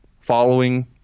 following